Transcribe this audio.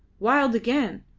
wild again!